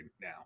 now